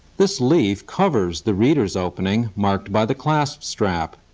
this leaf covers the reader's opening, marked by the clasp strap.